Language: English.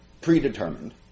predetermined